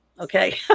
okay